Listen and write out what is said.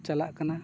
ᱪᱟᱞᱟᱜ ᱠᱟᱱᱟ